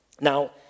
Now